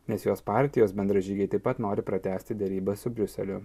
nes jos partijos bendražygiai taip pat nori pratęsti derybas su briuseliu